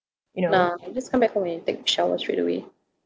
nah I'll just come back and take a shower straight away